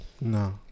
No